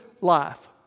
life